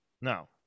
No